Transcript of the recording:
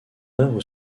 œuvre